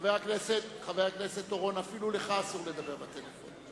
חבר הכנסת אורון, אפילו לך אסור לדבר בטלפון.